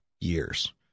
years